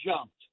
jumped